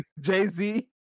Jay-Z